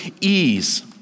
ease